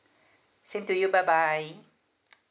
same to you bye bye